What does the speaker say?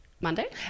monday